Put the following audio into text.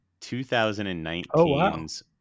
2019's